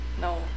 No